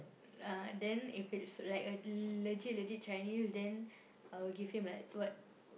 ah then if it's like a legit legit Chinese then I will give him like what